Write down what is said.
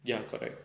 ya correct